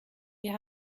ihr